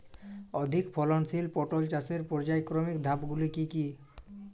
অধিক ফলনশীল পটল চাষের পর্যায়ক্রমিক ধাপগুলি কি কি?